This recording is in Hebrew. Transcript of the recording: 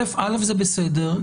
ראשית, זה בסדר.